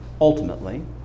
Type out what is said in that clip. ultimately